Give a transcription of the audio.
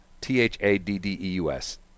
T-H-A-D-D-E-U-S